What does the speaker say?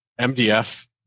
MDF